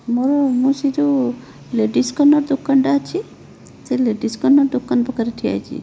ମୋର ମୁଁ ସେଇ ଯେଉଁ ଲେଡ଼ିସ୍ କର୍ଣ୍ଣର୍ ଦୋକାନଟା ଅଛି ସେଇ ଲେଡ଼ିସ୍ କର୍ଣ୍ଣର୍ ଦୋକାନ ପାଖରେ ଠିଆ ହେଇଛି